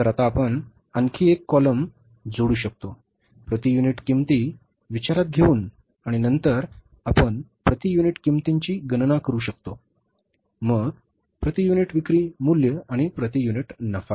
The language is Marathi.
तर आता आपण आणखी एक कॉलम जोडू शकतो प्रति युनिट किंमती विचारात घेऊन आणि नंतर आपण प्रति युनिट किंमतीची गणना करू शकतो मग प्रति युनिट विक्री मूल्य आणि प्रति युनिट नफा